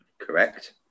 Correct